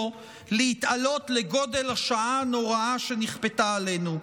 להתעלות לגודל השעה הנוראה שנכפתה עלינו.